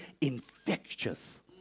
infectious